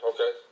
Okay